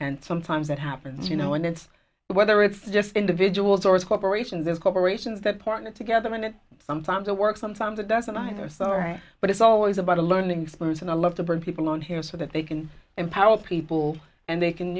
and sometimes that happens you know and it's whether it's just individuals or corporations or corporations that partner together when it's sometimes it works sometimes it doesn't either but it's always about a learning experience and i love to bring people on here so that they can empower people and they can